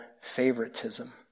favoritism